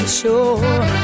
sure